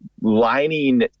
lining